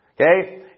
Okay